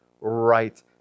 right